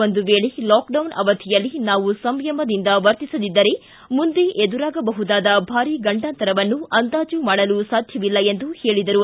ಒಂದು ವೇಳೆ ಲಾಕ್ಡೌನ್ ಅವಧಿಯಲ್ಲಿ ನಾವು ಸಂಯಮ ದಿಂದ ವರ್ತಿಸದಿದ್ದರೆ ಮುಂದೆ ಎದುರಾಗಬಹುದಾದ ಭಾರಿ ಗಂಡಾಂತರವನ್ನು ಅಂದಾಜು ಮಾಡಲು ಸಾಧ್ಯವಿಲ್ಲ ಎಂದು ಹೇಳಿದರು